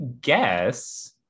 guess